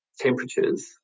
temperatures